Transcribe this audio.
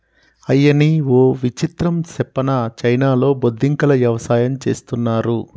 అయ్యనీ ఓ విచిత్రం సెప్పనా చైనాలో బొద్దింకల యవసాయం చేస్తున్నారు